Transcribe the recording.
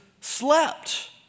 slept